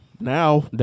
now